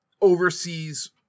oversees